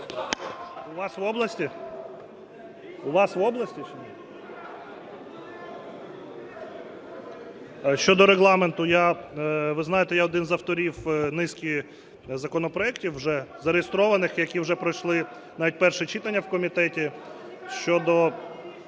У вас в області? Щодо Регламенту. Я, ви знаєте, я один з авторів низки законопроектів вже зареєстрованих, які вже пройшли навіть перше читання в комітеті